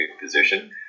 position